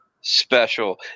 special